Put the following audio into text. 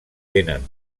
tenen